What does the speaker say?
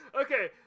Okay